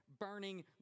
burning